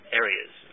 areas